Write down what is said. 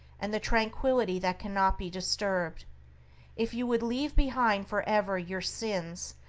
and the tranquillity that cannot be disturbed if you would leave behind for ever your sins,